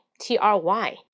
t-r-y